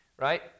right